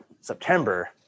September